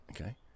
okay